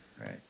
right